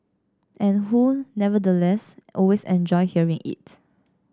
and who nevertheless always enjoy hearing it